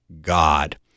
God